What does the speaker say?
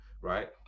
right